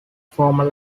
formal